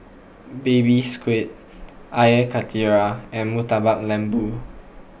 Baby Squid Air Karthira and Murtabak Lembu